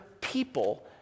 people